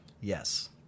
Yes